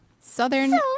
Southern